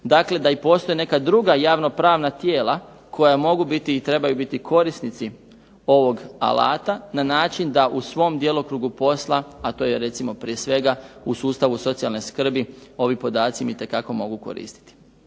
dakle da i postoje neka druga javnopravna tijela koja mogu biti i trebaju biti korisnici ovog alata na način da u svom djelokrugu posla, a to je recimo prije svega u sustavu socijalne skrbi ovi podaci im itekako mogu koristiti.